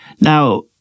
Now